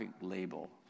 label